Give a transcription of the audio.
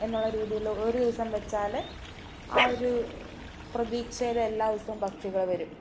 എന്നുള്ള രീതിയില് ഒരു ദിവസം വച്ചാല് ആ ഒരു പ്രതീക്ഷയിലെല്ലാ ദിവസവും പക്ഷികള് വരും